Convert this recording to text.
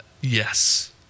yes